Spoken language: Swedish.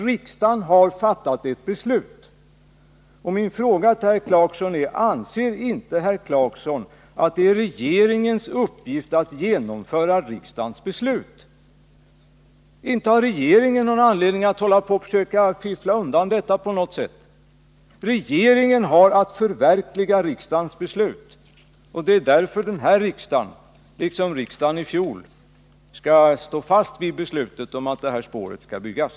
Riksdagen har fattat ett beslut, och min fråga till herr Clarkson är: Anser inte herr Clarkson att det är regeringens uppgift att genomföra riksdagens beslut? Inte har regeringen någon anledning att försöka fiffla undan detta ärende på något sätt. Regeringen har att förverkliga riksdagens beslut, och det är därför den här riksdagen liksom riksdagen i fjol skall stå fast vid beslutet om att det aktuella spåret skall byggas.